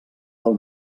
del